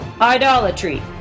idolatry